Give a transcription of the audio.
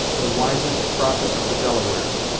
the wisest prophet of the delawares,